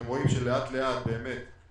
אתם רואים שלאט לאט החופים,